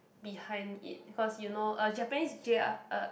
behind it because you know uh Japanese J R uh